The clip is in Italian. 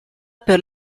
per